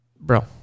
Bro